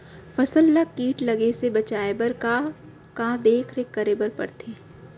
फसल ला किट लगे से बचाए बर, का का देखरेख करे बर परथे?